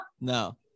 no